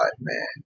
man